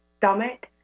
stomach